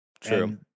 True